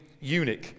eunuch